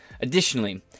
Additionally